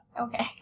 Okay